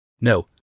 No